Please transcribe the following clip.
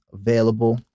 available